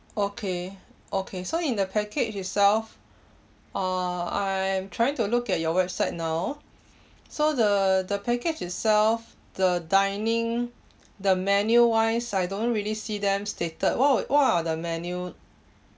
okay okay so in the package itself uh I'm trying to look at your website now so the the package itself the dining the menu wise I don't really see them stated oh what are the menu